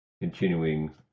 Continuing